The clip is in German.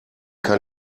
kein